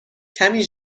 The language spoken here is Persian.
کمی